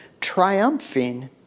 triumphing